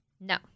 No